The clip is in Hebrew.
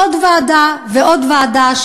עוד ועדה ועוד ועדה,